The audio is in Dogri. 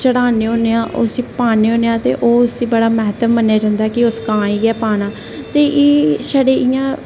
चढ़ान्ने होन्ने आं ते जां उसी पान्ने होन्ने आं ते ओह् उसी बड़ा म्हत्व मन्नेआ जंदा कि उस कां गी गै पाना ते एह् छड़े इ'यां